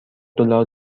دلار